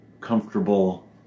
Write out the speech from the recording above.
comfortable